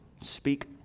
Speak